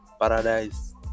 Paradise